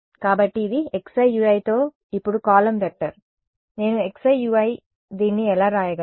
కాబట్టి ఇది xiui తో ఇప్పుడు కాలమ్ వెక్టర్ నేను xiui దీన్ని ఎలా వ్రాయగలను